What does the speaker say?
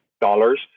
dollars